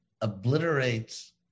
obliterates